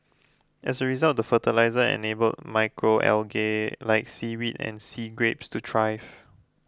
as a result the fertiliser enable macro algae like seaweed and sea grapes to thrive